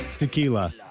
tequila